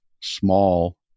small